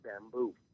bamboo